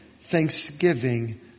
thanksgiving